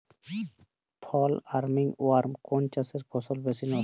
ফল army worm কোন চাষের ফসল বেশি নষ্ট করে?